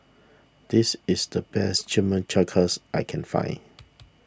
this is the best Chimichangas I can find